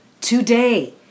today